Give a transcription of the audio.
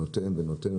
ונותן,